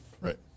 Right